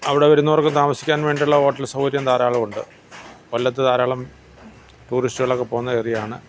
അവിടെ വരുന്നവർക്ക് താമസിക്കാൻ വേണ്ടിയുള്ള ഹോട്ടൽ സൗകര്യം ധാരാളം ഉണ്ട് കൊല്ലത്ത് ധാരാളം ടൂറിസ്റ്റുകളൊക്കെ പോകുന്ന ഏരിയ ആണ്